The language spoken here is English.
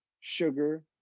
sugar